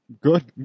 Good